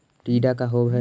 टीडा का होव हैं?